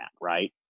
right